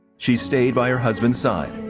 she stayed by her husbands side,